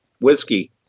whiskey